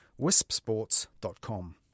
wispsports.com